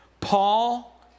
Paul